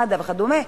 מד"א וכדומה,